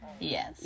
Yes